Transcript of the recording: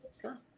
Sure